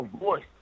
voice